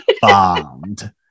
bombed